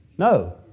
No